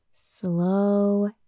Slow